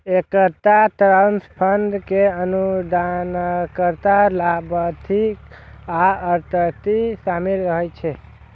एकटा trust fund मे अनुदानकर्ता, लाभार्थी आ ट्रस्टी शामिल रहै छै